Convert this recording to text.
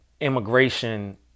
Immigration